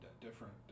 different